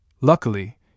luckily